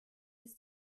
bis